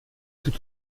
tout